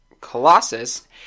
Colossus